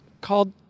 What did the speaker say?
called